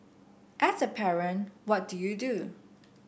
as a parent what do you do